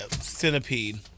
centipede